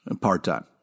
Part-time